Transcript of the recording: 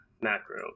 macro